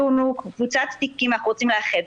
של לקבל את כל רשימת האנשים שיש נגדם